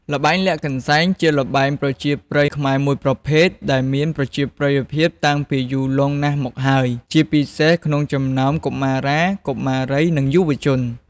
ល្បែងលាក់កន្សែង គឺជាល្បែងប្រជាប្រិយខ្មែរមួយប្រភេទ ដែលមានប្រជាប្រិយភាពតាំងពីយូរលង់ណាស់មកហើយ ជាពិសេសក្នុងចំណោមកុមារា កុមារី និងយុវជន។